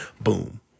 boom